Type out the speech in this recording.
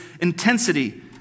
intensity